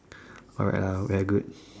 alright ah very good